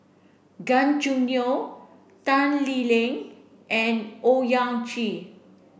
Gan Choo Neo Tan Lee Leng and Owyang Chi